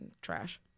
trash